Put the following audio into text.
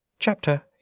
Chapter